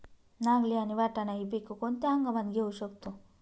नागली आणि वाटाणा हि पिके कोणत्या हंगामात घेऊ शकतो?